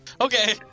Okay